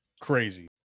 crazy